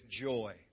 joy